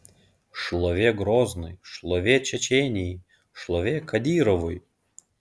šlovė groznui šlovė čečėnijai šlovė kadyrovui